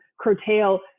curtail